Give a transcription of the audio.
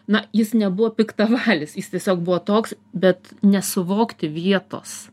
na jis nebuvo piktavalis jis tiesiog buvo toks bet nesuvokti vietos